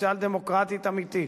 סוציאל-דמוקרטית אמיתית,